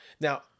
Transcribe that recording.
now